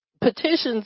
petitions